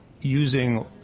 using